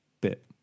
bit